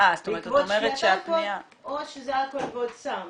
בעקבות שתיית אלכוהול או שזה אלכוהול ועוד סם.